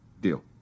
Deal